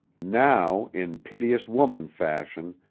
now, in piteous woman fashion,